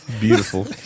Beautiful